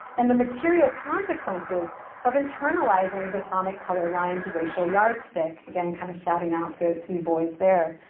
and the material consequences of internalizing the sonic color line's racial yardstick, again, kind of shouting out to to boys there,